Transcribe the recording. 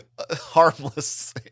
harmless